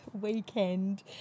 weekend